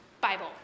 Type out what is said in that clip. Bible